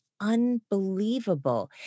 unbelievable